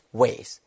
ways